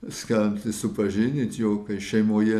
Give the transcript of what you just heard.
skelbti supažindint jau kai šeimoje